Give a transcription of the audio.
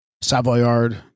Savoyard